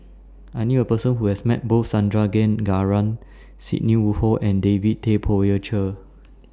I knew A Person Who has Met Both Sandrasegaran Sidney Woodhull and David Tay Poey Cher